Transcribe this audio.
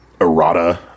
Errata